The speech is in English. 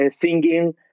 singing